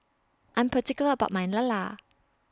I Am particular about My Lala